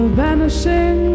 vanishing